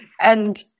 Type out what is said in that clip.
And-